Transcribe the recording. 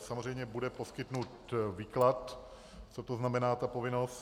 Samozřejmě bude poskytnut výklad, co znamená ta povinnost.